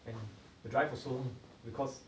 and the drive was so long because